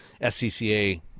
SCCA